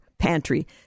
pantry